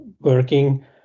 working